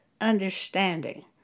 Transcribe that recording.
understanding